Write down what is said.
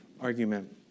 argument